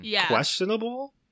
questionable